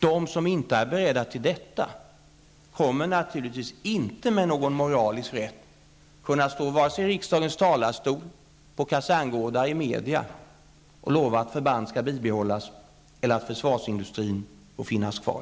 De som inte är beredda till detta har naturligtvis inte någon moralisk rätt att stå vare sig i riksdagens talarstol, på kaserngårdar eller i media och lova att förband skall bibehållas eller att försvarsindustrin får finnas kvar.